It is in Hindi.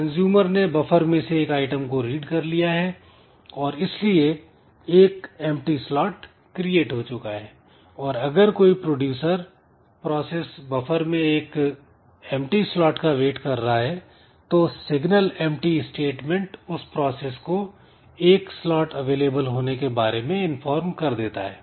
कंजूमर ने बफर में से एक आइटम को रीड कर लिया है और इसलिए एक empty स्लॉट क्रिएट हो चुका है और अगर कोई प्रोड्यूसर प्रोसेस बफर में एक empty स्लॉट का वेट कर रहा है तो सिग्नल empty स्टेटमेंट उस प्रोसेस को एक स्लॉट अवेलेबल होने के बारे में इन्फॉर्म कर देता है